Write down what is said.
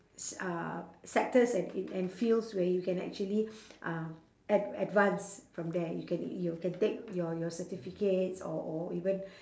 s~ uh sectors and and fields where you can actually um ad~ advance from there you can you can take your your certificates or or even